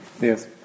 Yes